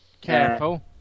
Careful